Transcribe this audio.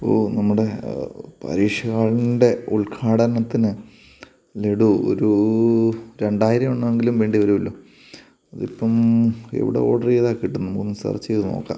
ഓ നമ്മുടെ പരീക്ഷ ഹാളിൻ്റെ ഉദ്ഘാടനത്തിന് ലഡു ഒരു രണ്ടായിരം എണ്ണമെങ്കിലും വേണ്ടിവരുമല്ലോ അതിപ്പോള് എവിടെ ഓർഡറ്യ്താല് കിട്ടും നമുക്കൊന്ന് സെർച്ച്യ്ത് നോക്കാം